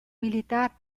militar